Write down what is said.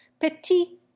Petit